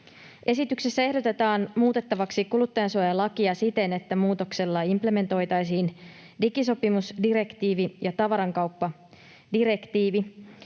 Esityksessä ehdotetaan muutettavaksi kuluttajansuojalakia siten, että muutoksella implementoitaisiin digisopimusdirektiivi ja tavarankauppadirektiivi.